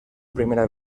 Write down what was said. primera